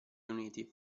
uniti